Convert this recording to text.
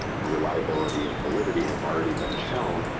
reliability and validity have already been shown,